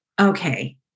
okay